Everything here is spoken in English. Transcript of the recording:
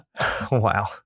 Wow